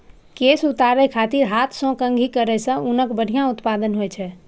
केश उतारै खातिर हाथ सं कंघी करै सं ऊनक बढ़िया उत्पादन होइ छै